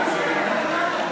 13)?